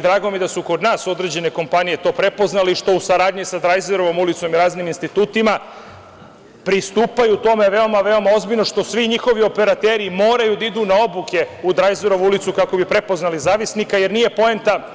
Drago mi je da su kod nas određene kompanije to prepoznale i što u saradnji sa Drajzerovom ulicom i raznim institutima pristupaju tome veoma, veoma ozbiljno, što svi njihovi operateri moraju da idu na obuku u Drajzerovu ulicu, kako bi prepoznali zavisnika, jer nije poenta